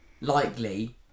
likely